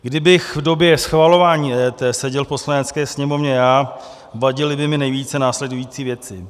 Kdybych v době schvalování EET seděl v Poslanecké sněmovně já, vadily by mi nejvíce následující věci.